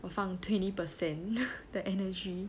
我放 twenty percent the energy